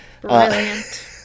Brilliant